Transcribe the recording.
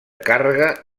càrrega